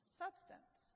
substance